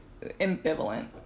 ambivalent